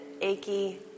achy